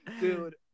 dude